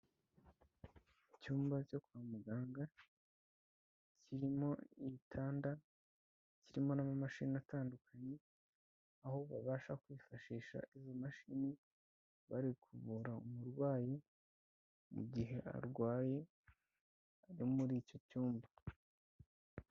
Icyumba cyo kwa muganga kirimo igitanda, kirimo n'amamashini atandukanye, aho babasha kwifashisha izo mashini, bari kuvura umurwayi, mu gihe arwaye ari muri icyo cyumba.